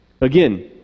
Again